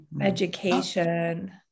education